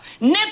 nip